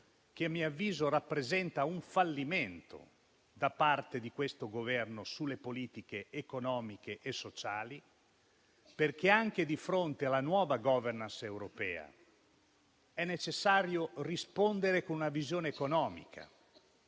che a mio avviso rappresenta un fallimento da parte di questo Governo sulle politiche economiche e sociali, perché anche di fronte alla nuova *governance* europea è necessario rispondere con una visione economica,